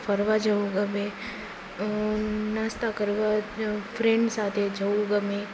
ફરવા જવું ગમે નાસ્તા કરવા ફ્રેન્ડ સાથે જવું ગમે